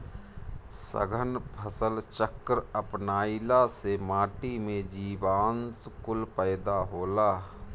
सघन फसल चक्र अपनईला से माटी में जीवांश कुल पैदा होला